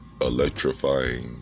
electrifying